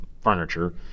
furniture